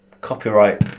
copyright